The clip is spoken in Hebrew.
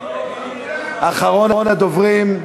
אחרון הדוברים.